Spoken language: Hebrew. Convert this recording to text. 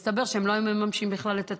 מסתבר שהם לא היו מממשים בכלל את התקציב.